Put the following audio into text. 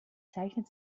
zeichnet